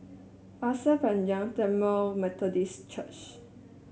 Pasir Panjang Tamil Methodist Church